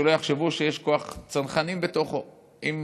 שלא יחשבו שיש כוח צנחנים בתוכו עם